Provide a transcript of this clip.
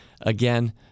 again